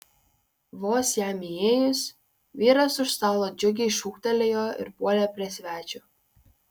vos jam įėjus vyras už stalo džiugiai šūktelėjo ir puolė prie svečio